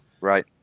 Right